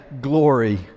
glory